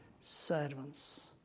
servants